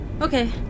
Okay